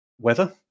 weather